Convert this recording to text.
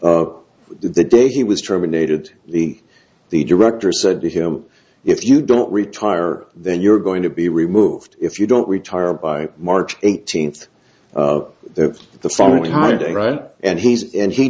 thirteen the day he was terminated the the director said to him if you don't retire then you're going to be removed if you don't retire by march eighteenth that the family holiday right and he's and he